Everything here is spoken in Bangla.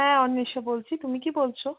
হ্যাঁ অন্বেষা বলছি তুমি কী বলছো